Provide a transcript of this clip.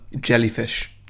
Jellyfish